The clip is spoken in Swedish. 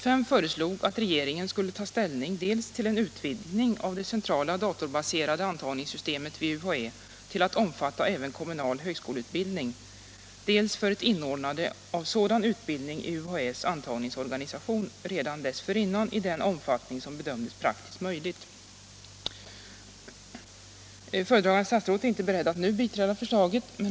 förinnan i den omfattning som bedömdes praktiskt möjlig. Föredragande statsrådet är inte beredd att nu biträda förslaget.